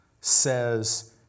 says